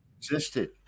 existed